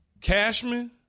Cashman